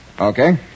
Okay